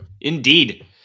indeed